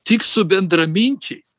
tik su bendraminčiais